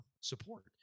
support